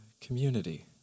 community